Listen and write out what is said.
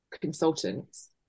consultants